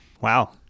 Wow